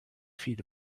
feet